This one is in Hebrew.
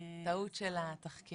אוקיי, טעות של התחקיר.